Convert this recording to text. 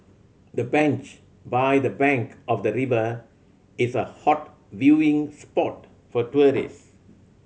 the bench by the bank of the river is a hot viewing spot for tourists